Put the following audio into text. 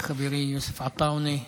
חברי יוסף עטאונה,